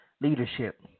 leadership